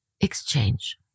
Exchange